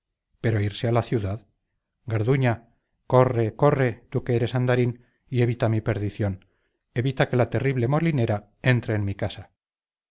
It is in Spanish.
pero irse a la ciudad garduña corre corre tú que eres andarín y evita mi perdición evita que la terrible molinera entre en mi casa